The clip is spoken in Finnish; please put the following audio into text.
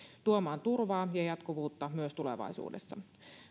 tuomaan turvaa ja jatkuvuutta myös tulevaisuudessa